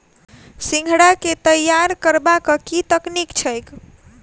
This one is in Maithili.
सिंघाड़ा केँ तैयार करबाक की तकनीक छैक?